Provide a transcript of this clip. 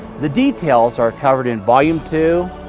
the details are covered in volume two,